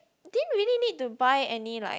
didn't really need to buy any like